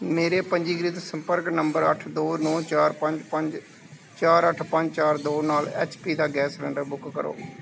ਮੇਰੇ ਪੰਜੀਕ੍ਰਿਤ ਸੰਪਰਕ ਨੰਬਰ ਅੱਠ ਦੋ ਨੌਂ ਚਾਰ ਪੰਜ ਪੰਜ ਚਾਰ ਅੱਠ ਪੰਜ ਚਾਰ ਦੋ ਨਾਲ ਐਚ ਪੀ ਦਾ ਗੈਸ ਸਿਲੰਡਰ ਬੁੱਕ ਕਰੋ